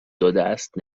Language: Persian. دادهاست